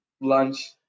lunch